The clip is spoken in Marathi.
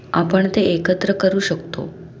आपण ते एकत्र करू शकतो